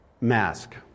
mask